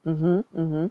mmhmm mmhmm